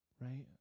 right